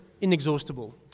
inexhaustible